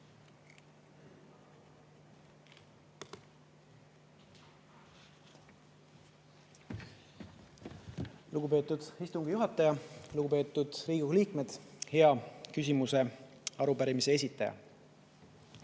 Lugupeetud istungi juhataja! Lugupeetud Riigikogu liikmed! Hea küsimuste, arupärimise esitaja!